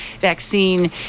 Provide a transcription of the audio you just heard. vaccine